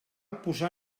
posar